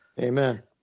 Amen